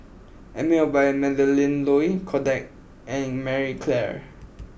Emel by Melinda Looi Kodak and Marie Claire